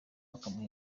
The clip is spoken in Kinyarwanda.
bakamuha